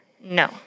no